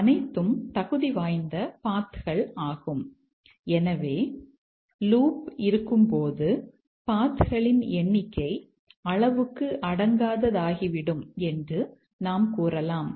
அனைத்து பாத்களின் எண்ணிக்கை அளவுக்கு அடங்காததாகிவிடும் என்று நாம் கூறலாம்